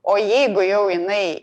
o jeigu jau jinai